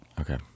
Okay